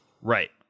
Right